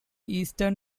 eastern